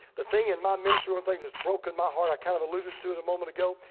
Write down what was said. the thing in my ministry, one thing that's broken my heart i kind of alluded to it a moment ago.